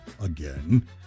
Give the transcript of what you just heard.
again